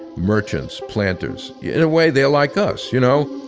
merchants, planters. in a way they are like us, you know.